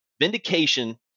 vindication